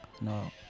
No